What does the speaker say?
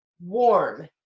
warm